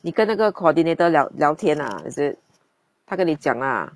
你跟那个 coordinator 聊聊天 lah is it 他跟你讲啊